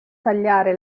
tagliare